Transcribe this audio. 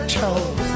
told